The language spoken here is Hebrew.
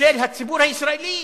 של הציבור הישראלי